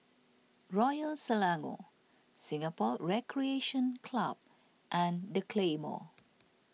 Royal Selangor Singapore Recreation Club and the Claymore